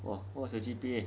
!wah! what was your G_P_A